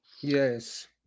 Yes